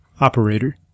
Operator